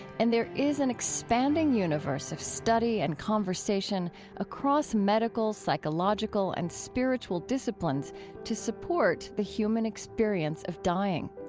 and there is an expanding universe of study and conversation across medical, psychological and spiritual disciplines to support the human experience of dying.